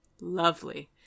Lovely